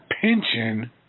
pension